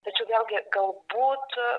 tačiau vėlgi galbūt